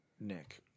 Nick